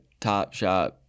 Topshop